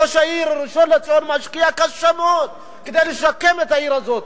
ראש העיר ראשון-לציון משקיע הרבה מאוד כדי לשקם את העיר הזאת.